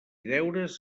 deures